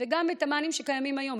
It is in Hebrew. גם את המענים שקיימים היום.